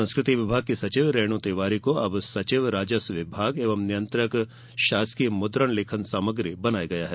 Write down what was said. संस्कृति विभाग की सचिव रेनू तिवारी को अब सचिव राजस्व विभाग एवं नियंत्रक शासकीय मुद्रण लेखन सामग्री बनाया गया है